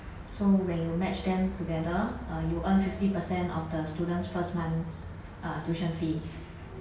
so when you match them together uh you earn fifty percent of the student's first month's uh tuition fee